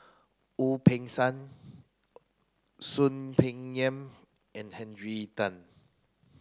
Wu Peng Seng Soon Peng Yam and Henry Tan